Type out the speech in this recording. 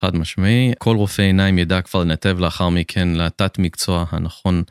חד משמעי, כל רופא עיניים ידע כבר לנתב לאחר מכן לתת מקצוע הנכון.